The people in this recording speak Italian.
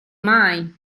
mai